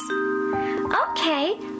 Okay